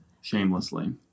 Shamelessly